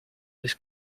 this